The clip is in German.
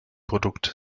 produkt